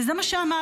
וזה מה שאמרתי: